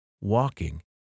walking